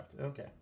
okay